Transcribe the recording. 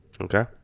Okay